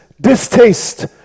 distaste